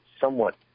somewhat